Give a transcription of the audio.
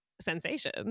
sensation